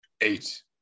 Eight